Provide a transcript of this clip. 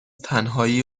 تنهایی